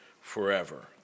forever